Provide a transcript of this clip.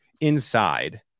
inside